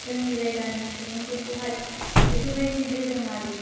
जोंनि जायगानि सुबुंफोरखौहाय बेफोरबायदि दोरोङारि